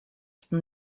что